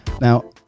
Now